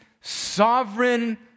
sovereign